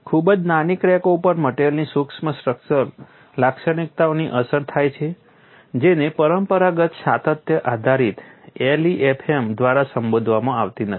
ખૂબ જ નાની ક્રેકો ઉપર મટેરીઅલની સૂક્ષ્મ સ્ટ્રક્ચરલ લાક્ષણિકતાની અસર થાય છે જેને પરંપરાગત સાતત્ય આધારિત LEFM દ્વારા સંબોધવામાં આવતી નથી